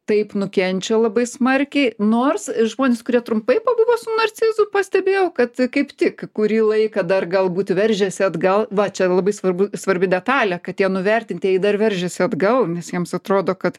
taip nukenčia labai smarkiai nors žmonės kurie trumpai pabuvo su narcizu pastebėjau kad kaip tik kurį laiką dar galbūt veržiasi atgal va čia labai svarbu svarbi detalė kad tie nuvertintieji dar veržiasi atgal nes jiems atrodo kad